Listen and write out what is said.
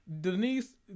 Denise